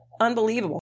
unbelievable